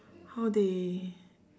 how they